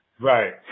Right